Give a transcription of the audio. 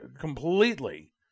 completely